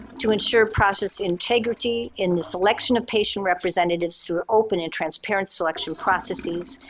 to ensure process integrity in the selection of patient representatives through open and transparent selection processes,